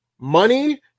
money